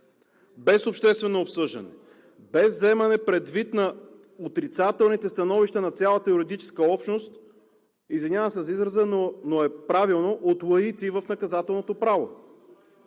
без обществено обсъждане, без вземане предвид на отрицателните становища на цялата юридическа общност – извинявам се за израза, но е правилно – от лаици в наказателното право.